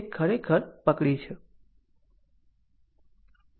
ખરેખર તે ફક્ત પકડી છે